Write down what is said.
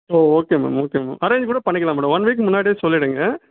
ஓ okay ma'am okay ma'am arrange கூட பண்ணிக்கலாம் madam one week முன்னாடியே சொல்லிவிடுங்க